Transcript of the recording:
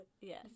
Yes